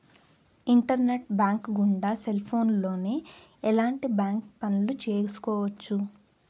internet bank గుండా cell ఫోన్లోనే ఎలాంటి బ్యాంక్ పనులు చేసుకోవచ్చు